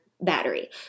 battery